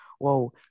Whoa